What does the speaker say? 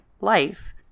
life